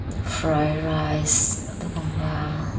fry rice ꯑꯗꯨꯒꯨꯝꯕ